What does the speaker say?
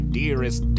dearest